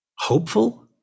hopeful